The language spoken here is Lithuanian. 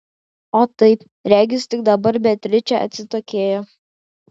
o taip regis tik dabar beatričė atsitokėjo